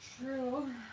True